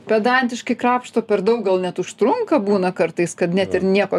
pedantiški krapšto per daug gal net užtrunka būna kartais kad net ir nieko